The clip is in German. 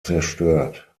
zerstört